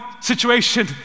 situation